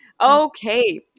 okay